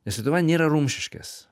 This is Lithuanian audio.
nes lietuva nėra rumšiškės